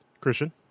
Christian